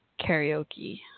karaoke